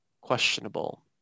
questionable